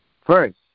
First